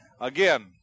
Again